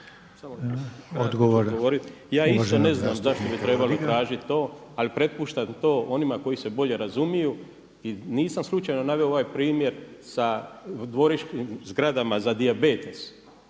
Ja isto … /ne razumije se/… tražiti to, ali prepuštam to onima koji se bolje razumiju i nisam slučajno naveo ovaj primjer sa dvorišnim zgradama za dijabetes.